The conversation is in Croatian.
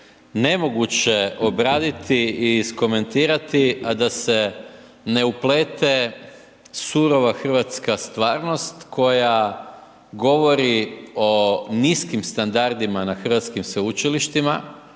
nemoguće obraditi i iskomentirati, a da se ne uplete surova hrvatska stvarnost koja govori o niskim standardima na hrvatskim sveučilištima,